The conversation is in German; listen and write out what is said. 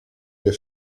wir